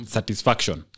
Satisfaction